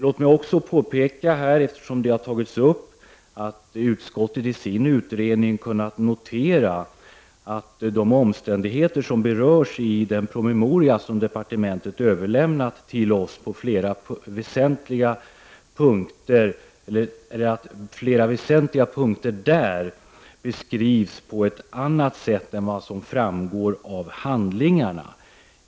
Jag vill också påpeka, eftersom frågan tagits upp, att utskottet i sin utredning har noterat att de omständigheter som berörs i den promemoria som departementet har överlämnat till oss på flera väsentliga punkter där beskrivs på ett annat sätt än vad som framgår av handlingarna.